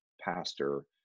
pastor